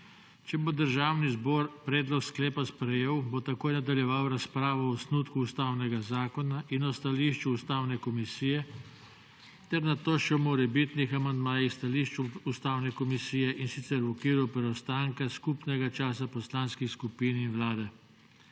Če bo Državni zbor predlog sklepa sprejel, bo takoj nadaljeval razpravo o osnutku Ustavnega zakona in o stališču Ustavne komisije ter nato še o morebitnih amandmajih, stališču Ustavne komisije, in sicer v okviru preostanka skupnega časa poslanskih skupin in Vlade.